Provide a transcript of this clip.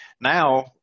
Now